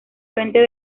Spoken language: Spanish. frente